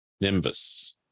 nimbus